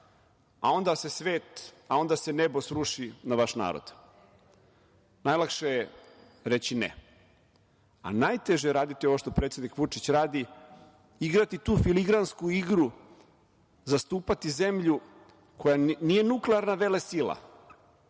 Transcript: ja sam sjajan, a onda se nebo sruši na vaš narod. Najlakše je reći ne, a najteže je raditi ovo što predsednik Vučić radi – igrati tu filigransku igru, zastupati zemlju koja nije nuklearna velesila